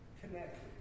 connected